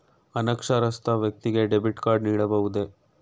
ಅನಕ್ಷರಸ್ಥ ವ್ಯಕ್ತಿಗೆ debit card ನೀಡಬಹುದೇ?